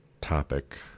topic